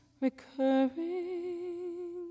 recurring